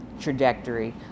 trajectory